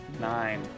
Nine